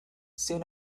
soon